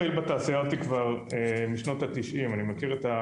אני מכיר את ההייטק הישראלי כשהוא רק התחיל להתפתח,